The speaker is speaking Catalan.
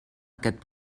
aquest